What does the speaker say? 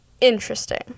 interesting